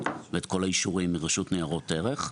ואת כל האישורים מרשות ניירות ערך.